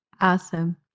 awesome